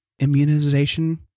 immunization